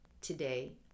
Today